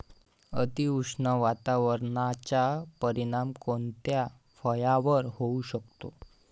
अतिउष्ण वातावरणाचा परिणाम कोणत्या फळावर होऊ शकतो?